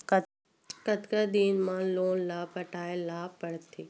कतका दिन मा लोन ला पटाय ला पढ़ते?